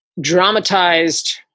dramatized